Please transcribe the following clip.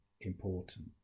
important